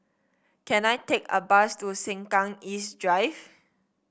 can I take a bus to Sengkang East Drive